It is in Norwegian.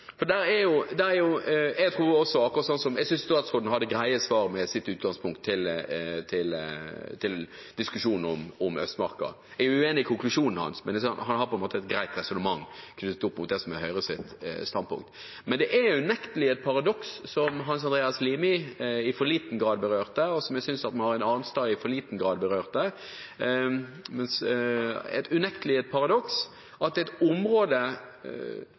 Jeg synes statsråden hadde greie svar – med sitt utgangspunkt – i diskusjonen om Østmarka. Jeg er uenig i konklusjonen hans, men han har på en måte et greit resonnement knyttet opp mot det som er Høyres standpunkt. Men det er unektelig et paradoks – som Hans Andreas Limi i for liten grad berørte, og som jeg synes at Marit Arnstad i for liten grad berørte – at et område som etter min oppfatning har verneverdier som er sterke nok, og som jeg også oppfatter at